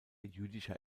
jüdischer